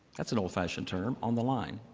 that's an old-fashioned term. on the line.